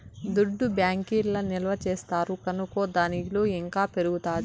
దుడ్డు బ్యాంకీల్ల నిల్వ చేస్తారు కనుకో దాని ఇలువ ఇంకా పెరుగుతాది